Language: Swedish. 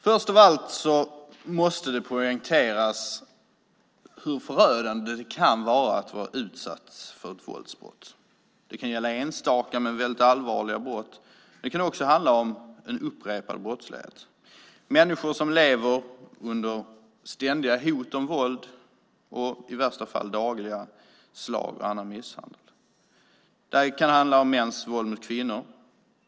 Först av allt måste det poängteras hur förödande det kan vara att vara utsatt för våldsbrott. Det kan gälla enstaka men väldigt allvarliga brott, men det kan också handla om upprepade brott, människor som lever under ständiga hot om våld och i värsta fall dagliga slag och annat våld. Det kan handla om mäns våld mot kvinnor.